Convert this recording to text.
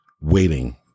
waiting